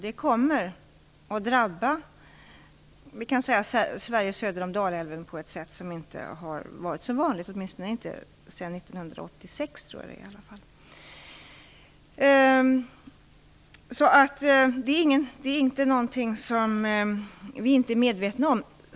Det kommer att drabba Sverige söder om Dalälven på ett sätt som inte har varit så vanligt, åtminstone inte sedan 1986. Det är inte något som vi inte är medvetna om.